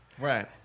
Right